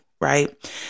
right